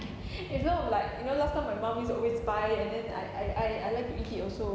it's not like you know last time my mum used to always buy and then I I I I like to eat it also